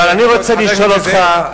אבל אני רוצה לשאול אותך,